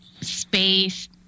space